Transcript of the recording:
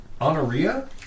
Honoria